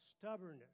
stubbornness